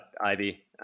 ivy